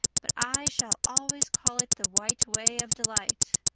but i shall always call it the white way of delight.